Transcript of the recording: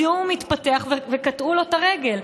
הזיהום התפתח וקטעו לו את הרגל.